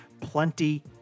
Plenty